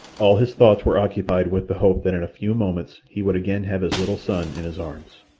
all his thoughts were occupied with the hope that in a few moments he would again have his little son in his arms.